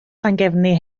llangefni